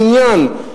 בקניין,